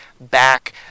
Back